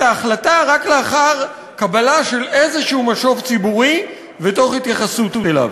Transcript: ההחלטה רק לאחר קבלת איזה משוב ציבורי ותוך התייחסות אליו.